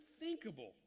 unthinkable